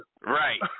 Right